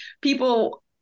people